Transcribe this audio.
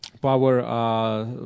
power